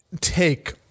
take